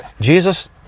Jesus